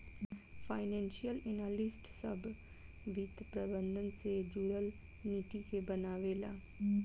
financial analyst सभ वित्त प्रबंधन से जुरल नीति के बनावे ला